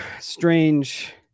strange